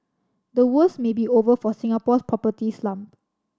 the worst may be over for Singapore's property slump